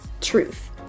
truth